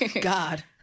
God